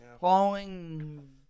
following